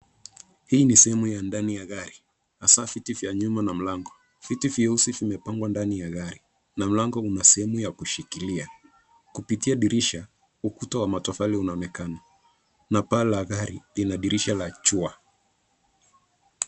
Hii ni sehemu ya ndani ya gari, hasa viti vya nyuma na mlango. Viti vyeusi vimepangwa ndani ya gari na mlango una sehemu ya kushikilia. Kupitia dirisha, ukuta wa matofali unaonekana na paa la gari lina dirisha la jua.